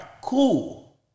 cool